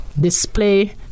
display